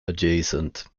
adjacent